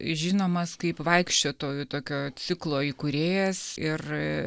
žinomas kaip vaikščiotojų tokio ciklo įkūrėjas ir